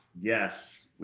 Yes